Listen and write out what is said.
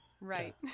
Right